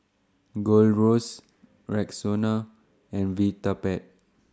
Gold Roast Rexona and Vitapet